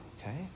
okay